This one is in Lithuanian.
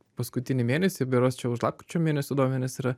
paskutinį mėnesį berods čia už lapkričio mėnesio duomenys yra